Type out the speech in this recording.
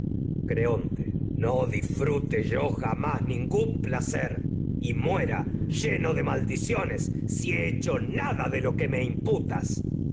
creonte lleno no de jamás ningún he placer lo y muera maldiciones si hecho nada de que me imputas